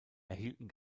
erhielten